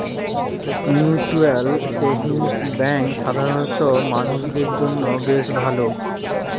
mutual savings bank সাধারণ মানুষদের জন্য বেশ ভালো